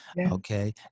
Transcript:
Okay